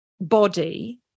body